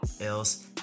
else